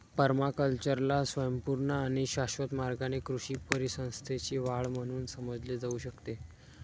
पर्माकल्चरला स्वयंपूर्ण आणि शाश्वत मार्गाने कृषी परिसंस्थेची वाढ म्हणून समजले जाऊ शकते